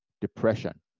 depression